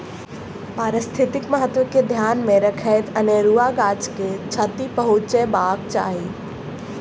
पारिस्थितिक महत्व के ध्यान मे रखैत अनेरुआ गाछ के क्षति पहुँचयबाक चाही